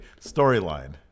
Storyline